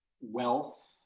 wealth